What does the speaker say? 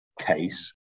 case